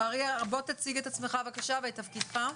אני מייצג את פורום העיוורים.